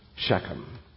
Shechem